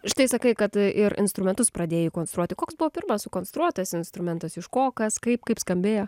štai sakai kad ir instrumentus pradėjai konstruoti koks buvo pirmas sukonstruotas instrumentas iš ko kas kaip kaip skambėjo